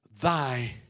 thy